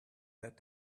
that